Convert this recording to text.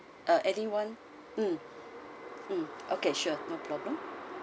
ah any one mm mm okay sure no problem